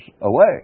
away